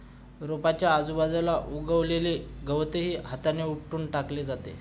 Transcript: रोपाच्या आजूबाजूला उगवलेले गवतही हाताने उपटून टाकले जाते